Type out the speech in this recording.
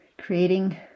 creating